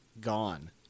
gone